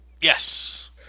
Yes